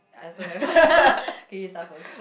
I also haven't suffers